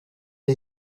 you